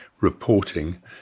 reporting